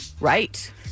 Right